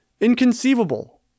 Inconceivable